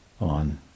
on